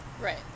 Right